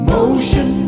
Motion